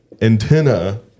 Antenna